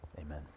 Amen